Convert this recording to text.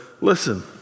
listen